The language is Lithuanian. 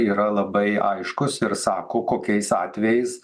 yra labai aiškus ir sako kokiais atvejais